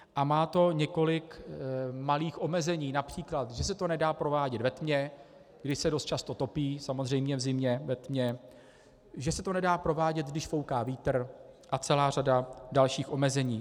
A má to několik malých omezení, například že se to nedá provádět ve tmě, kdy se dost často topí, samozřejmě v zimě ve tmě, že se to nedá provádět, když fouká vítr, a celá řada dalších omezení.